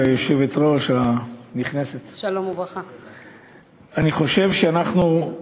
ואני חושב שאנחנו,